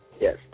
yes